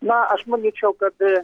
na aš manyčiau kad